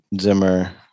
Zimmer